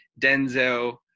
denzel